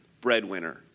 breadwinner